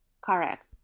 correct